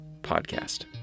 podcast